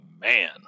man